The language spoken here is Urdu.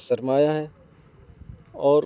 سرمایہ ہے اور